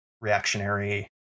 reactionary